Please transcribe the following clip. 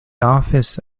office